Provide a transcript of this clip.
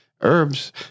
herbs